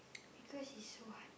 because it's so hard